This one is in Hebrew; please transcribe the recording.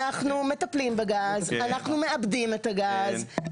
אנחנו מטפלים בגז, אנחנו מעבדים את הגז.